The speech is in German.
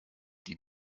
die